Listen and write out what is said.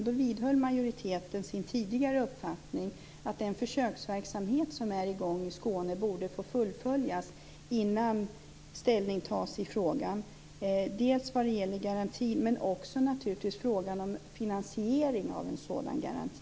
Då vidhöll majoriteten sin tidigare uppfattning att den försöksverksamhet som är i gång i Skåne borde få fullföljas innan ställning tas i frågan vad gäller garantin men naturligtvis också vad gäller finansiering av en sådan garanti.